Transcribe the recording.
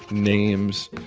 names,